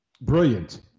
Brilliant